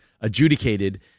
adjudicated